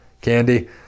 Candy